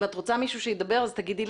אם את רוצה שמישהו ידבר תגידי לי.